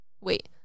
wait